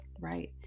Right